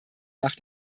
nach